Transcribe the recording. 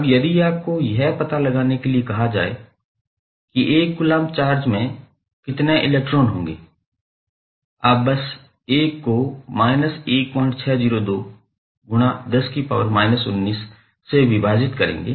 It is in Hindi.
अब यदि आपको यह पता लगाने के लिए कहा जाए कि 1 कूलम्ब चार्ज में कितने इलेक्ट्रॉन होंगे आप बस 1 को से विभाजित करेंगे